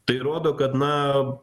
tai rodo kad na